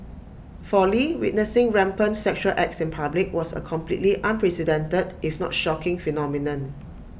for lee witnessing rampant sexual acts in public was A completely unprecedented if not shocking phenomenon